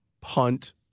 Punt